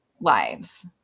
Lives